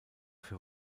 für